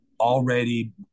already